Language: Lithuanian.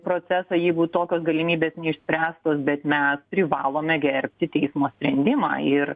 procesą jeigu tokios galimybės neišspręstos bet mes privalome gerbti teismo sprendimą ir